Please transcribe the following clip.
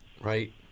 Right